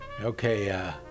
okay